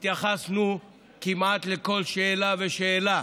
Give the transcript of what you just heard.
התייחסנו כמעט לכל שאלה ושאלה.